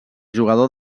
jugador